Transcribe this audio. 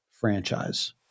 franchise